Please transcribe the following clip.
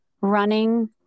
running